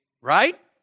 Right